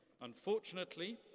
Unfortunately